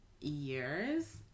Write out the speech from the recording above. years